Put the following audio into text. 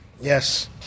Yes